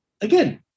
again